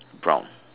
brown